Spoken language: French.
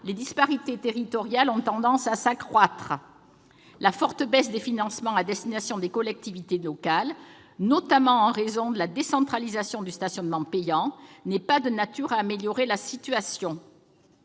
les disparités territoriales ont tendance à s'accroître. La forte baisse des financements à destination des collectivités locales, notamment en raison de la décentralisation du stationnement payant, n'est pas de nature à améliorer la situation.